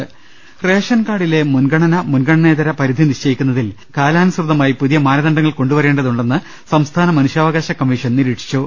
്്്്്്്് ration കാർഡിലെ മുൻഗണന മുൻഗണനേതര പരിധി നിശ്ചയിക്കുന്നതിൽ കാലാനുസൃതമായി പുതിയ മാനദണ്ഡങ്ങൾ കൊണ്ടു വരേണ്ടതുണ്ടെന്ന് സംസ്ഥാന മനുഷ്യാവകാശ കമ്മീഷൻ നിരീക്ഷിച്ചു